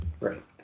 Right